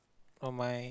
on my